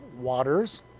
waters